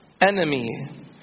enemy